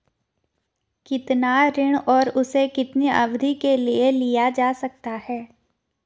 कितना ऋण और उसे कितनी अवधि के लिए लिया जा सकता है?